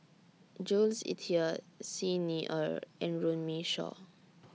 Jules Itier Xi Ni Er and Runme Shaw